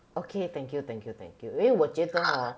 okay thank you thank you thank you 因为我觉得 hor